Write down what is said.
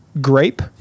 grape